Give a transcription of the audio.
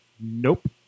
nope